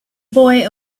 boy